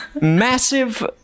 massive